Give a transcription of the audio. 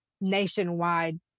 nationwide